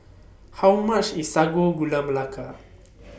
How much IS Sago Gula Melaka